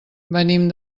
venim